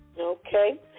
Okay